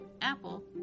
Apple